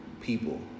people